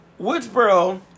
Woodsboro